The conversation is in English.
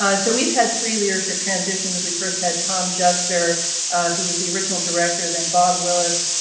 ah so we've had three leadership transitions. we first had tom jester who was the original director, then bob willis,